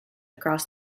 across